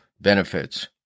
benefits